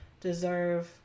deserve